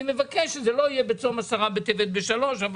אני מבקש שזה לא יהיה בצום עשרה בטבת ב-15:00,